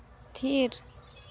ᱛᱷᱤᱨ